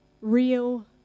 real